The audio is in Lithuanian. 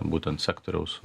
būtent sektoriaus